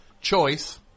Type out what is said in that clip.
choice